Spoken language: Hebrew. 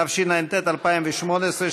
התשע"ט 2018,